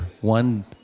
one